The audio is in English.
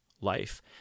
life